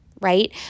right